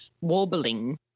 Warbling